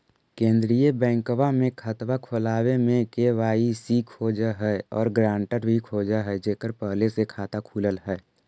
केंद्रीय बैंकवा मे खतवा खोलावे मे के.वाई.सी खोज है और ग्रांटर भी खोज है जेकर पहले से खाता खुलल है?